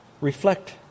reflect